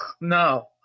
no